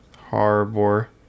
Harbor